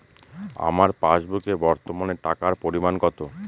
আমার পাসবুকে বর্তমান টাকার পরিমাণ কত?